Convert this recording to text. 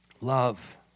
Love